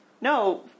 No